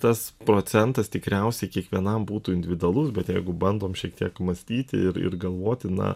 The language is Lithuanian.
tas procentas tikriausiai kiekvienam būtų individualus bet jeigu bandom šiek tiek mąstyti ir ir galvoti na